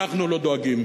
אנחנו לא דואגים.